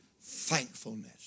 thankfulness